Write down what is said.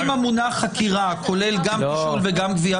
אם המונח חקירה כולל גם תשאול וגם גביית הודעה.